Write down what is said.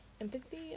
empathy